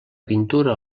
pintura